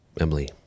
Emily